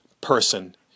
person